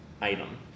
item